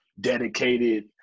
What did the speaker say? dedicated